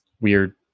weird